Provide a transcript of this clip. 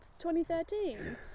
2013